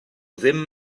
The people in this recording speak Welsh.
ddim